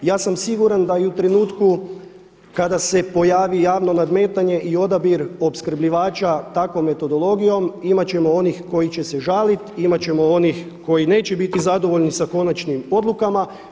Ja sam siguran da i u trenutku kada se pojavi javno nadmetanje i odabir opskrbljivača takvom metodologijom imati ćemo onih koji će se žaliti i imati ćemo onih koji neće biti zadovoljni sa konačnim odlukama.